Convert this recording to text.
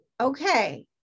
okay